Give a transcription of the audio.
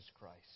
Christ